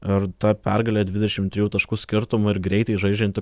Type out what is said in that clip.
ir ta pergalė dvidešimt trijų taškų skirtumu ir greitai žaidžianti